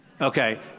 Okay